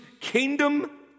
kingdom